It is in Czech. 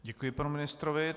Děkuji panu ministrovi.